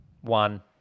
One